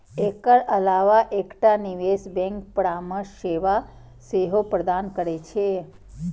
एकर अलावा एकटा निवेश बैंक परामर्श सेवा सेहो प्रदान करै छै